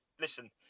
listen